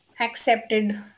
accepted